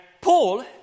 Paul